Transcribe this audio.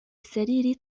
السرير